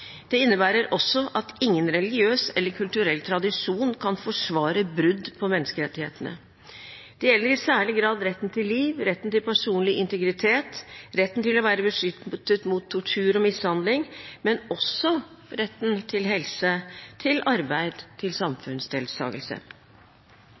Det innebærer også at ingen religiøs eller kulturell tradisjon kan forsvare brudd på menneskerettighetene. Det gjelder i særlig grad retten til liv, retten til personlig integritet, retten til å være beskyttet mot tortur og mishandling, men også retten til helse, til arbeid, til